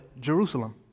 Jerusalem